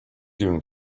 doing